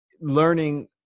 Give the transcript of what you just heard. learning